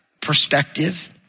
perspective